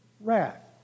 wrath